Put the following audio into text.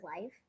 life